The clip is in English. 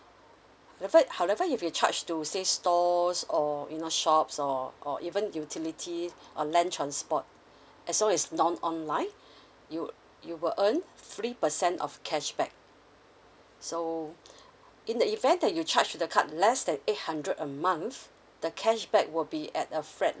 however if you charge to say stores or you know shops or or even utilities or land transport as long as non online you you will earn three percent of cashback so in the event that you charge to the card less than eight hundred a month the cashback will be at a flat